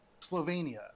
Slovenia